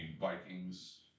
Vikings